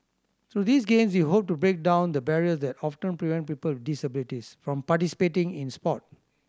through these Games we hope to break down the barriers that often prevent people with disabilities from participating in sport